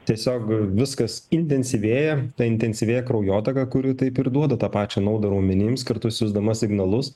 tiesiog viskas intensyvėja intensyvėja kraujotaka kuri taip ir duoda tą pačią naudą raumenims kartu siųsdama signalus